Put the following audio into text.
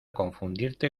confundirte